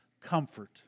comfort